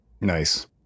Nice